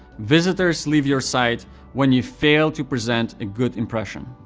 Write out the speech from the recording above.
visitors leave your site when you fail to present a good impression.